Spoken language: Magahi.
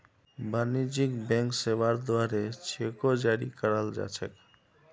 वाणिज्यिक बैंक सेवार द्वारे चेको जारी कराल जा छेक